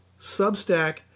Substack